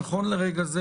נכון לרגע זה